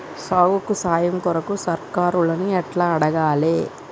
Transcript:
సాగుకు సాయం కొరకు సర్కారుని ఎట్ల అడగాలే?